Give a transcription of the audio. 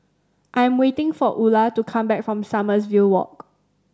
I am waiting for Ula to come back from Sommerville Walk